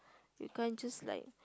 you can't just like